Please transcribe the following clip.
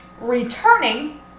returning